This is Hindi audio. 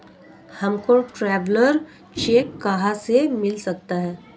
हमको ट्रैवलर चेक कहाँ से मिल सकता है?